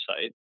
site